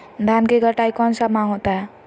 धान की कटाई कौन सा माह होता है?